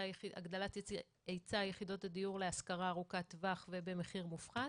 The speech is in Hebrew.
הגדלת היצע יחידות הדיור להשכרה ארוכת טווח ובמחיר מופחת